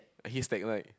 he's like what